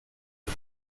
uru